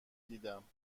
دیدم